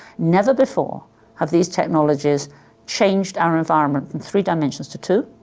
never before have these technologies changed our environment from three dimensions to two,